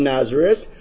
Nazareth